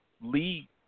Lee